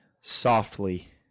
Softly